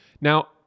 Now